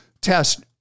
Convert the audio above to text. test